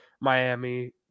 Miami